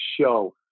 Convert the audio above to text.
show